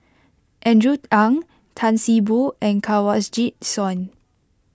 Andrew Ang Tan See Boo and Kanwaljit Soin